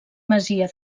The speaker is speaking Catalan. masia